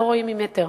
"לא רואים ממטר".